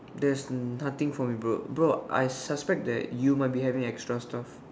there's nothing for me bro bro I suspect that you might be having extra stuff